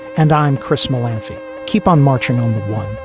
and i'm chris mowlam. keep on marching on that one